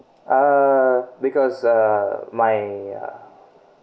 uh because uh my uh